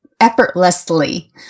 effortlessly